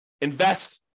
Invest